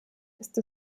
ist